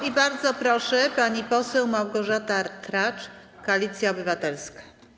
I bardzo proszę, pani poseł Małgorzata Tracz, Koalicja Obywatelska.